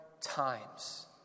times